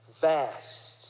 vast